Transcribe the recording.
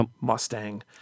Mustang